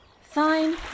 Fine